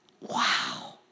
Wow